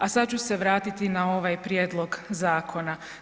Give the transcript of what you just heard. A sada ću se vratiti na ovaj prijedlog zakona.